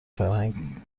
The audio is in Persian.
فرهنگ